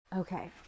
Okay